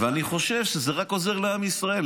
ואני חושב שזה רק עוזר לעם ישראל.